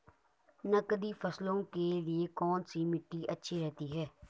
नकदी फसलों के लिए कौन सी मिट्टी अच्छी रहती है?